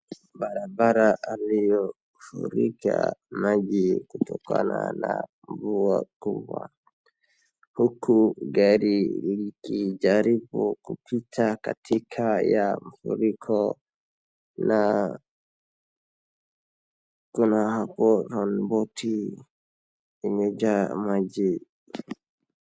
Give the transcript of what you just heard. Barabara aliyo furika maji kutokana na mvua kubwa. Huku gari likijaribu kupita katika ya mfuriko na kuna horonboti imejaa maji.